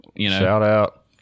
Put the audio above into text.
Shout-out